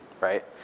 right